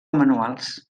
manuals